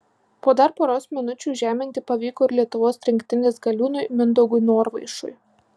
po dar poros minučių žeminti pavyko ir lietuvos rinktinės galiūnui mindaugui norvaišui